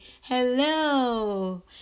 hello